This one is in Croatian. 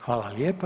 Hvala lijepa.